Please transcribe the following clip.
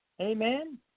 Amen